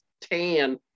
tan